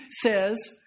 says